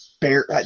bear